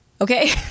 okay